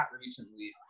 recently